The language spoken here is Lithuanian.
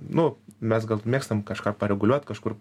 nu mes gal mėgstam kažką pareguliuot kažkur